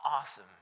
awesome